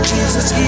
Jesus